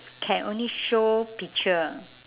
can only show picture